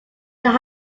there